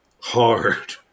hard